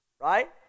Right